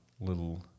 little